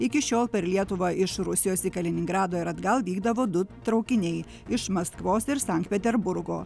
iki šiol per lietuvą iš rusijos į kaliningrado ir atgal vykdavo du traukiniai iš maskvos ir sankt peterburgo